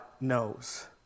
knows